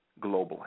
globally